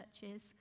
churches